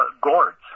gourds